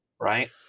right